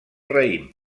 raïm